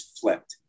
flipped